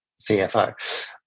cfo